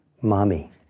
Mommy